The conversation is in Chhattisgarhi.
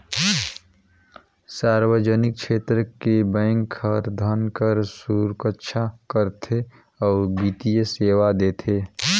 सार्वजनिक छेत्र के बेंक हर धन कर सुरक्छा करथे अउ बित्तीय सेवा देथे